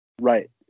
Right